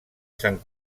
sant